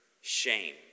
shame